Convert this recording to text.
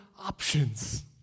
options